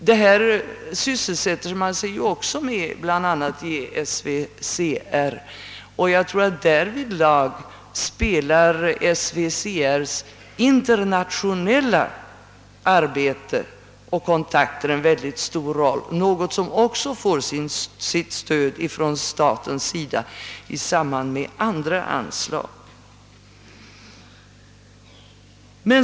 Även detta sysselsätter man sig med i SVCR, och jag tror att därvidlag SVCR:s internationella arbete och kontakter spelar en synnerligen stor roll. Detta är en verksamhet som också får stöd från staten i samband med andra anslag.